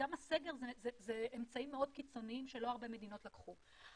וגם הסגר זה אמצעי מאוד קיצוני שלא הרבה מדינות נקטו בו.